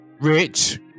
Rich